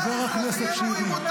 הוא מדבר על החיילים שלנו.